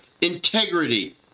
integrity